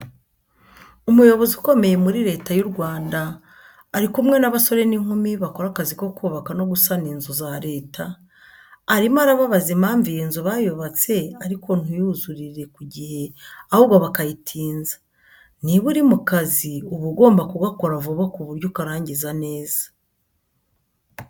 Umuyobozi ukomeye muri Leta y'u Rwanda ari kumwe n'abasore n'inkumi bakora akazi ko kubaka no gusana inzu za Leta, arimo arababaza impamvu iyi nzu bayubatse ariko ntuyuzurire ku gihe ahubwo bakayitinza. Niba uri mu kazi uba ugomba kugakora vuba ku buryo ukarangiza neza.